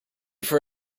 for